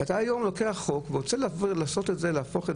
אתה היום לוקח חוק והרוצה להפוך את